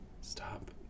Stop